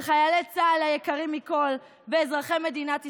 וחיילי צה"ל היקרים מכול, ואזרחי מדינת ישראל,